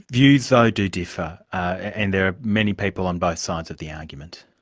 views though do differ and there are many people on both sides of the argument.